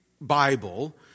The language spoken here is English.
Bible